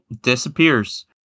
disappears